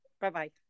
Bye-bye